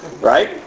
Right